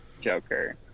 joker